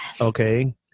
Okay